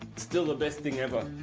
still the best thing ever.